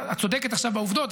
את צודקת עכשיו בעובדות,